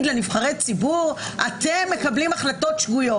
לנבחרי ציבור: אתם מקבלים החלטות שגויות.